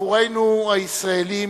עבורנו הישראלים,